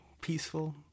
peaceful